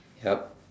yup